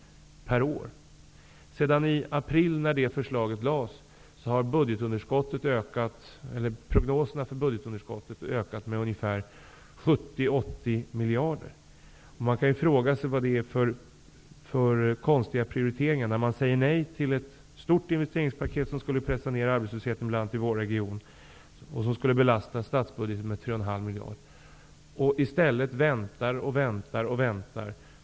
Sedan april, när vårt förslag lades fram, har prognoserna för budgetunderskottet ökat med 70 80 miljarder. Jag frågar mig vad det är för konstiga prioriteringar som görs när man säger nej till ett stort investeringspaket -- som i bl.a. vår region skulle pressa ned arbetslösheten och som skulle belasta statsbudgeten med ungefär 3,5 miljarder per år -- och i stället väntar och väntar och väntar.